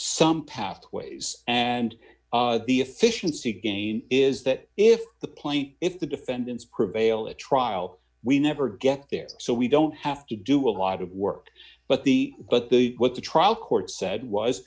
some pathways and the efficiency gain is that if the plane if the defendants prevail at trial we never get there so we don't have to do a lot of work but the but the what the trial court said was